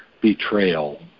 betrayal